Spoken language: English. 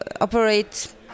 operate